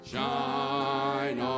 Shine